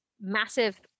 massive